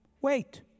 Wait